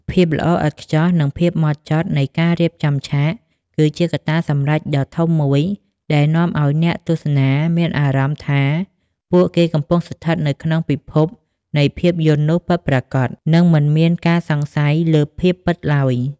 ភាពល្អឥតខ្ចោះ និងភាពហ្មត់ចត់នៃការរៀបចំឆាក គឺជាកត្តាសម្រេចដ៏ធំមួយដែលនាំឱ្យអ្នកទស្សនាមានអារម្មណ៍ថាពួកគេកំពុងស្ថិតនៅក្នុងពិភពនៃភាពយន្តនោះពិតប្រាកដ និងមិនមានការសង្ស័យលើភាពពិតឡើយ។